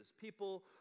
people